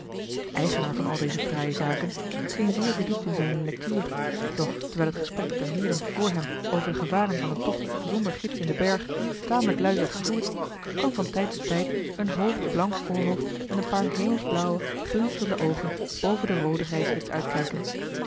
de eigenaar van al deze fraaie zaken scheen zeer verdiept in zijne lectuur doch terwijl het gesprek der heeren vor hem over de gevaren van een tocht zonder gids in den berg tamelijk luid werd gevoerd kwam van tijd tot tijd een hoog blank voorhoofd met een paar hemelsblauwe glinsterende oogen boven den rooden reisgids uitkijken